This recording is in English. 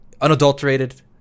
unadulterated